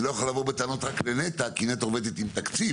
אני לא יכול לבוא בטענות רק לנת"ע כי נת"ע עובדת עם תקציב.